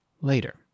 later